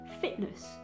fitness